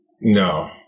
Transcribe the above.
No